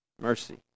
Mercy